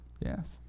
yes